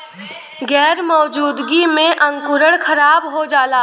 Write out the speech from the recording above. गैर मौजूदगी में अंकुरण खराब हो जाला